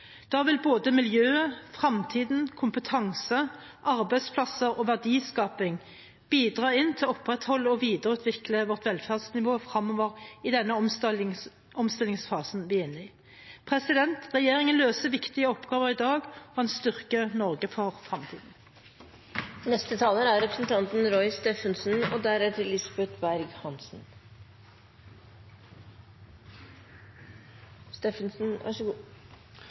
Da vil både miljøet, fremtiden, kompetanse, arbeidsplasser og verdiskaping bidra til å opprettholde og videreutvikle vårt velferdsnivå fremover i denne omstillingsfasen vi er inne i. Regjeringen løser viktige oppgaver i dag og styrker Norge for fremtiden. Det virker som om mange tror at dagens debatt handler om de milliardene som ble flyttet i forliket, men det viktigste er